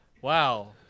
Wow